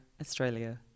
australia